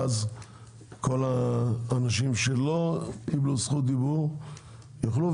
ואז כל האנשים שלא קיבלו זכות דיבור יוכלו לדבר,